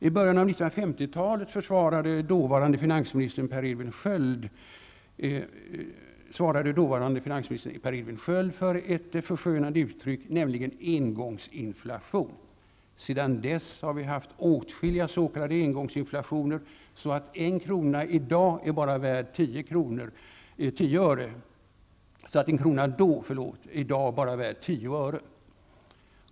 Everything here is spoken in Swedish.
I början av 1950-talet svarade dåvarande finansministern Per Edvin Sköld för ett förskönande uttryck, nämligen engångsinflation. Sedan dess har vi haft åtskilliga s.k. engångsinflationer, så att en krona då är i dag bara värd 10 öre!